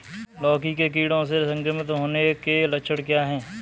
लौकी के कीड़ों से संक्रमित होने के लक्षण क्या हैं?